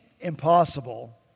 impossible